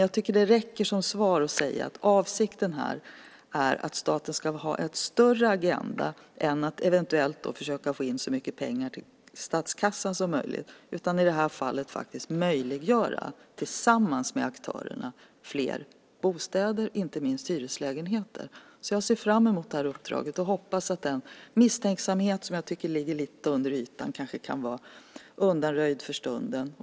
Jag tycker att det räcker som svar att säga att avsikten är att staten ska ha en större agenda än att eventuellt försöka få in så mycket pengar som möjligt till statskassan, utan i det här fallet tillsammans med aktörerna möjliggöra fler bostäder, inte minst hyreslägenheter. Jag ser alltså fram emot det här uppdraget och hoppas att den misstänksamhet som jag tycker ligger lite under ytan kanske kan vara undanröjd för stunden.